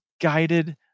guided